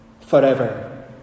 forever